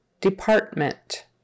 department